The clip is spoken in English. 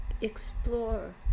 Explore